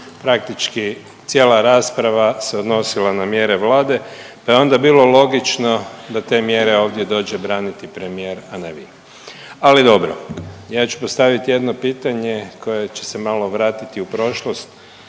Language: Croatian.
Praktički cijela rasprava se odnosila na mjere Vlade pa je onda bilo logično da te mjere ovdje dođe braniti premijer, a ne vi, ali dobro. Ja ću postaviti jedno pitanje koje će se malo vratiti u prošlost.